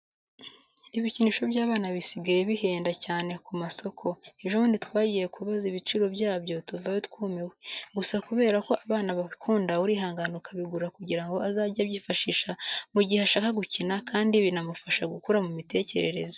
Ibikinisho by'abana bisigaye bihenda cyane ku masoko. Ejo bundi twagiye kubaza ibiciro byabyo tuvayo twumiwe. Gusa kubera ko abana babikunda urihangana ukabigura kugira ngo azajye abyifashisha mu gihe ashaka gukina kandi binamufashe gukura mu mitekerereze.